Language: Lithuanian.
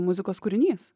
muzikos kūrinys